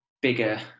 bigger